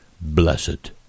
blessed